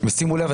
שימו לב,